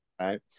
right